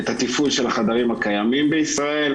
את התפעול של החדרים הקיימים בישראל,